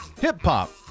Hip-hop